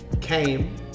came